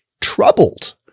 troubled